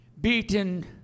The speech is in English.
beaten